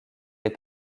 les